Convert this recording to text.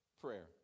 Prayer